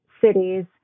cities